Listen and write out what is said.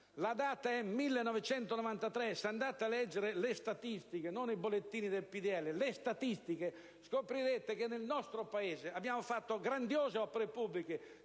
La data è il 1993, e se andate a leggere le statistiche (non i bollettini del PdL, ma le statistiche), scoprirete che nel nostro Paese abbiamo realizzato grandiose opere pubbliche